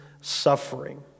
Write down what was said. suffering